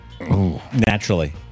Naturally